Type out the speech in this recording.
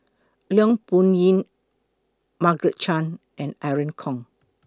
Leong Yoon Margaret Chan and Irene Khong